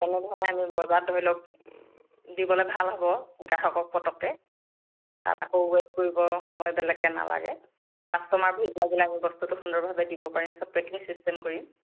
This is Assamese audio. সেনেধৰণে আমি বজাৰত ধৰি লওক দিবলৈ ভাল হ'ব গ্ৰাহকক পতককৈ তাত আকৌ ৱেইট কৰিব সময় বেলেগকৈ নালাগে কাষ্টমাৰ ভিৰ লাগিলে আমি বস্তুটো সুন্দৰভাৱে দিব পাৰিম চব পেকিং চিষ্টেম কৰিম